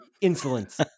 insolence